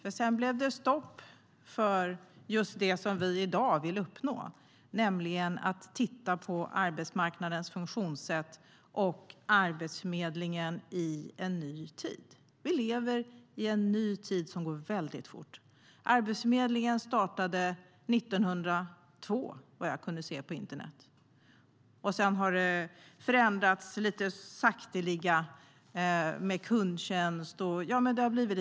Det blev stopp för just det som vi i dag vill uppnå, nämligen att man ska se över arbetsmarknadens funktionssätt och Arbetsförmedlingen i en ny tid. Vi lever i en ny tid som går mycket fort. Arbetsförmedlingen startade 1902, såvitt jag kunde se på internet. Sedan har den förändrats så sakteliga med kundtjänst och en del annat.